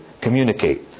communicate